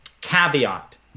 caveat